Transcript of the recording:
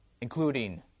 including